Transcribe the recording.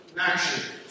action